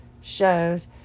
shows